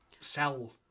sell